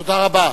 תודה רבה.